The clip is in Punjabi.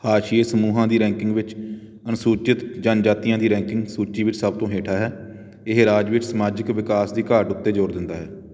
ਹਾਸ਼ੀਏ ਸਮੂਹਾਂ ਦੀ ਰੈਂਕਿੰਗ ਵਿੱਚ ਅਨੁਸੂਚਿਤ ਜਨਜਾਤੀਆਂ ਦੀ ਰੈਂਕਿੰਗ ਸੂਚੀ ਵਿਚ ਸਭ ਤੋਂ ਹੇਠਾਂ ਹੈ ਇਹ ਰਾਜ ਵਿੱਚ ਸਮਾਜਿਕ ਵਿਕਾਸ ਦੀ ਘਾਟ ਉੱਤੇ ਜ਼ੋਰ ਦਿੰਦਾ ਹੈ